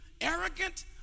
arrogant